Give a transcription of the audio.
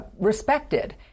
respected